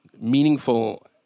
meaningful